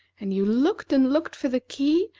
and you looked and looked for the key,